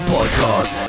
Podcast